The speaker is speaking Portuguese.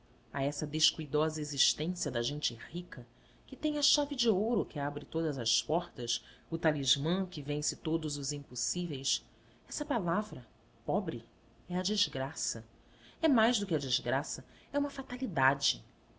a essa descuidosa existência da gente rica que tem a chave de ouro que abre todas as portas o talismã que vence todos os impossíveis essa palavra pobre é a desgraça é mais do que a desgraça é uma fatalidade